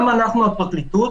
גם אנחנו בפרקליטות